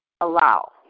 allow